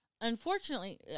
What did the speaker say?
unfortunately